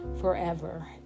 forever